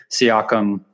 Siakam